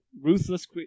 ruthless